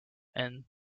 and